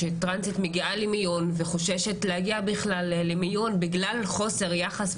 שטרנסית מגיעה למיון וחוששת בכלל להגיע למיון בגלל חוסר יחס,